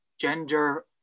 gender